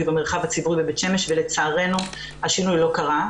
במרחב הציבורי בבית שמש ולצערנו השינוי לא קרה.